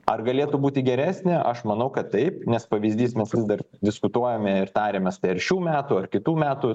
ar galėtų būti geresnė aš manau kad taip nes pavyzdys mes vis dar diskutuojame ir tariamės per šių metų ar kitų metų